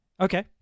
Okay